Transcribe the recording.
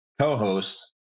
co-host